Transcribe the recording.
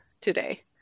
today